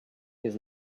his